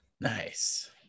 nice